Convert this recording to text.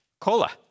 cola